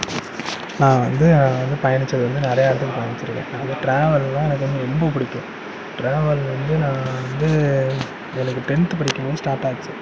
நான் வந்து நான் வந்து பயணிச்சது வந்து நிறையா இடத்துக்கு பயணிச்சி இருக்கேன் அந்த ட்ராவல்ன்னா எனக்கு வந்து ரொம்ப பிடிக்கும் ட்ராவல் வந்து நான் வந்து எனக்கு டென்த் படிக்கும்போது ஸ்டார்ட் ஆச்சு